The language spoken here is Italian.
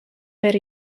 per